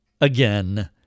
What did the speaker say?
Again